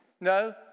No